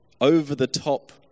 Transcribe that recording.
over-the-top